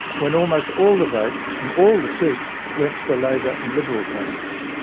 when almost all the votes and all the seats went to the labor and liberal parties.